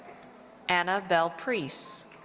anna belle preece.